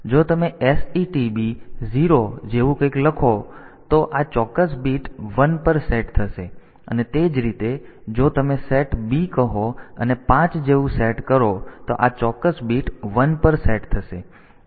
તેથી જો તમે SETB 0 જેવું કંઈક લખો તો આ ચોક્કસ બીટ 1 પર સેટ થશે અને તે જ રીતે જો તમે સેટ B કહો અને 5 જેવું સેટ કરો તો આ ચોક્કસ બીટ 1 પર સેટ થશે